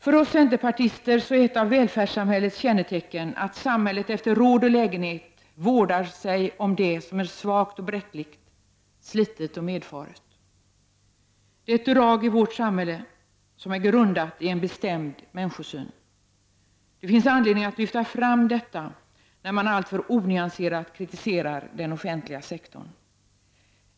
För oss centerpartister är ett av välfärdssamhällets kännetecken att samhället efter råd och lägenhet vårdar sig som det som är svagt och bräckligt, slitet och medfaret. Det är ett drag i vårt samhälle som är grundat i en bestämd människosyn. Det finns anledning att lyfta fram detta när man alltför onyanserat kritiserar den offentliga sektorn.